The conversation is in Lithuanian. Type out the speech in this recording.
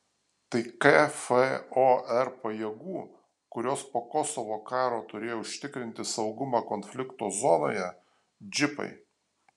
tai kfor pajėgų kurios po kosovo karo turėjo užtikrinti saugumą konflikto zonoje džipai